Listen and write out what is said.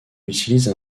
utilise